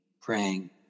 praying